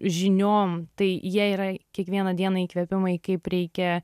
žiniom tai jie yra kiekvieną dieną įkvėpimai kaip reikia